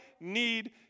need